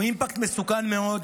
הוא אימפקט מסוכן מאוד,